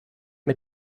mit